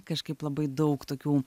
kažkaip labai daug tokių